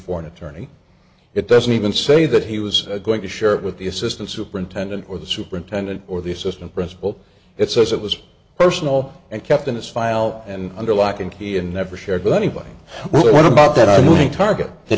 for an attorney it doesn't even say that he was going to share it with the assistant superintendent or the superintendent or the assistant principal it says it was personal and kept in his file and under lock and key and never shared with anybody what about that i'm not a target